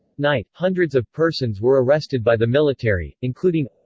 night, hundreds of persons were arrested by the military, including